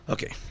Okay